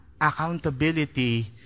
Accountability